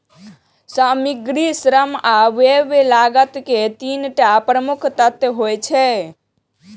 सामग्री, श्रम आ व्यय लागत के तीन टा प्रमुख तत्व होइ छै